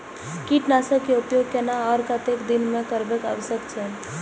कीटनाशक के उपयोग केना आर कतेक दिन में करब आवश्यक छै?